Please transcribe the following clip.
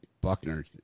Buckner